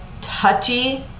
touchy